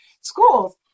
schools